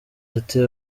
ati